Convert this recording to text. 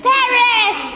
Paris